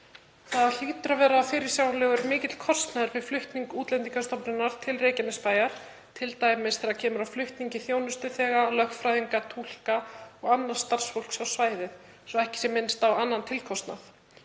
Það hlýtur að vera fyrirsjáanlegur mikill kostnaður við flutning Útlendingastofnunar til Reykjanesbæjar, t.d. þegar kemur að flutningi þjónustuþega, lögfræðinga, túlka og annars starfsfólks á svæðið, svo að ekki sé minnst á annan tilkostnað.